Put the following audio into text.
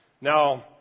Now